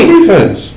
defense